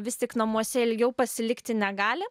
vis tik namuose ilgiau pasilikti negali